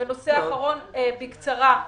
נושא אחרון בקצרה.